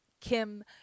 Kim